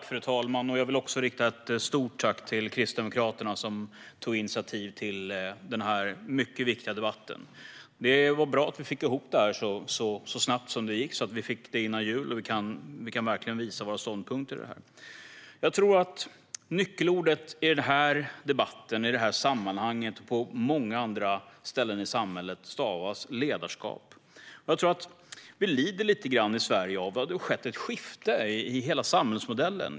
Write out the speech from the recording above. Fru talman! Jag vill rikta ett stort tack till Kristdemokraterna som tog initiativ till denna mycket viktiga debatt. Det var bra att vi fick ihop det här så snabbt så att vi fick göra det här före jul och därmed verkligen visa våra ståndpunkter. Jag tror att nyckelordet för detta i debatten och på många andra ställen i samhället stavas ledarskap. Vi lider lite grann i Sverige av att det har skett ett skifte i hela samhällsmodellen.